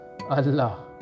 Allah